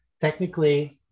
technically